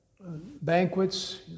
banquets